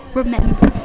remember